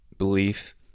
belief